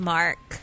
Mark